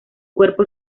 cuerpo